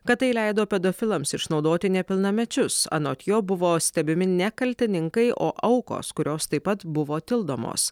kad tai leido pedofilams išnaudoti nepilnamečius anot jo buvo stebimi ne kaltininkai o aukos kurios taip pat buvo tildomos